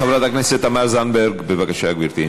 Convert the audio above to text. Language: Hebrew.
חברת הכנסת תמר זנדברג, בבקשה, גברתי.